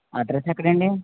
address ఎక్కడండి